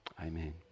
Amen